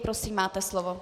Prosím, máte slovo.